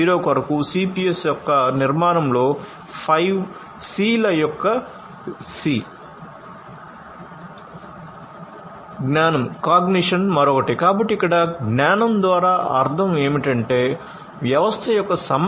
0 కొరకు CPS యొక్క నిర్మాణంలో 5C ల యొక్క సి